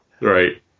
Right